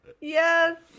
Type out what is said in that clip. yes